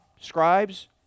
scribes